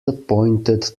appointed